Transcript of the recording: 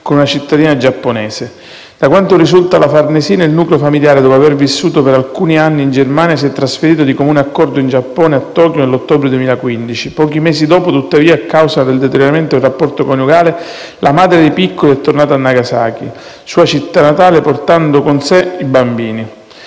con una cittadina giapponese. Da quanto risulta alla Farnesina, il nucleo familiare, dopo aver vissuto per alcuni anni in Germania, si è trasferito - di comune accordo - in Giappone, a Tokyo, nell'ottobre 2015. Pochi mesi dopo, tuttavia, a causa del deterioramento del rapporto coniugale, la madre dei piccoli è tornata a Nagasaki, sua città natale, portando con sé i bambini.